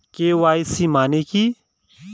KYC মানে কি?